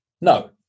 no